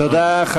תודה.